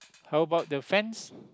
how about the fence